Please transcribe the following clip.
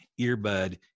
earbud